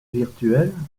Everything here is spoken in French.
virtuelle